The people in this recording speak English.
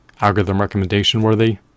algorithm-recommendation-worthy